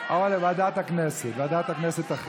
הכנסת מזון